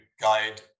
guide